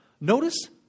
notice